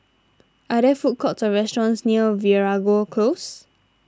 are there food courts or restaurants near Veeragoo Close